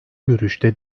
görüşte